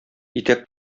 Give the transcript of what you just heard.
итәк